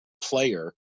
player